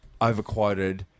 overquoted